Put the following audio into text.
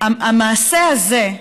המעשה הזה,